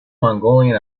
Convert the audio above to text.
mongolian